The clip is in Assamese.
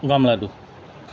গমৰ লাডু